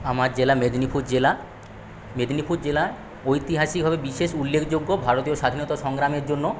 আমার জেলা মেদিনীপুর জেলা মেদিনীপুর জেলা ঐতিহাসিকভাবে বিশেষ উল্লেখযোগ্য ভারতীয় স্বাধীনতা সংগ্রামের জন্য